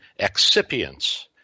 excipients